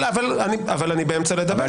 אני באמצע לדבר.